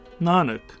Nanak